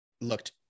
looked